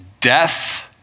Death